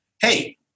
Hey